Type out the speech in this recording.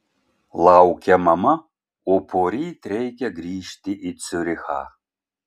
laukia mama o poryt reikia grįžti į ciurichą